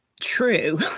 true